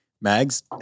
mags